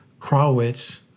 Krawitz